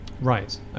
Right